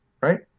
Right